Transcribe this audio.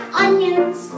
onions